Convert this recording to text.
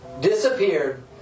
disappeared